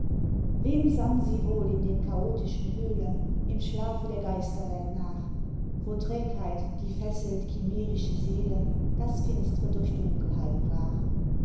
wem sann sie wohl in den chaotischen höhlen im schlafe der geisterwelt nach wo trägheit die fesselt cimmerische seelen das finstre durch dunkelheit brach